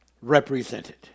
represented